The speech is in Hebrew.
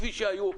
כפי שהיו,